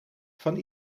van